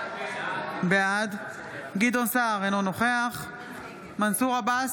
בעד גדעון סער, אינו נוכח מנסור עבאס,